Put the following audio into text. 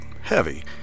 heavy